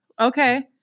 Okay